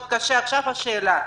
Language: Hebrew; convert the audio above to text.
עכשיו השאלה: